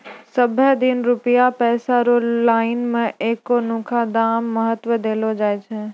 सबहे दिन रुपया पैसा रो लाइन मे एखनुका दाम के महत्व देलो जाय छै